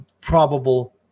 probable